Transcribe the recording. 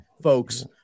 folks